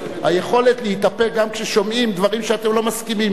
היכולת להתאפק גם כששומעים דברים שאתם לא מסכימים להם,